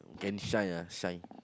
can shy lah shy